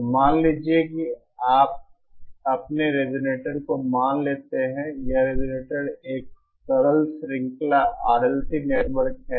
तो मान लीजिए कि आप अपने रिजोनेटर को मान लेते हैं यह रिजोनेटर एक सरल श्रृंखला RLC नेटवर्क है